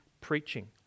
preaching